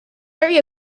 area